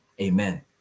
amen